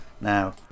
Now